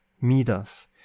Midas